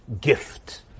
gift